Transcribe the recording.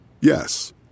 Yes